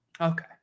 Okay